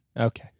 Okay